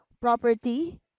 Property